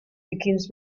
begins